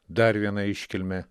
dar viena iškilmė